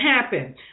happen